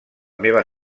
meva